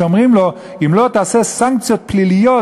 שאומרים לו: אם לא תעשה סנקציות פליליות,